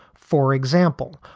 for example,